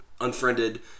Unfriended